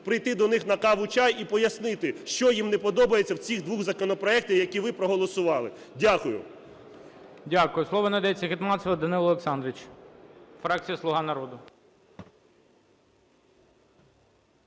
прийти до них на каву/чай і пояснити, що їм не подобається в цих двох законопроектах, які проголосували. Дякую. ГОЛОВУЮЧИЙ. Дякую. Слово надається Гетманцеву Данилу Олександровичу, фракція "Слуга народу".